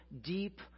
deep